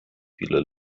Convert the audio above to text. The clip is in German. viele